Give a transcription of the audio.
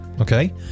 Okay